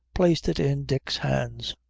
placed it in dick's hands.